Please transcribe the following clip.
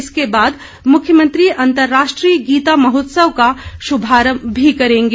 इसके बाद मुख्यमंत्री अर्न्तराष्ट्रीय गीता महोत्सव का शुभारम्भ भी करेंगे